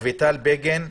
אביטל בגין,